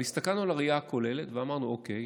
אבל הסתכלנו על הראייה הכוללת, ואמרנו: אוקיי,